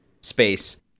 space